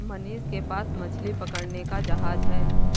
मनीष के पास मछली पकड़ने का जहाज है